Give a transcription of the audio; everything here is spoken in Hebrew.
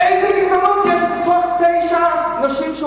איזה גזענות יש שמתוך תשע נשים שהוא